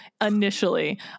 initially